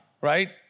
right